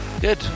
Good